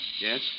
Yes